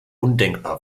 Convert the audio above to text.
undenkbar